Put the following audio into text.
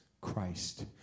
Christ